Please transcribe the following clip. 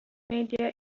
media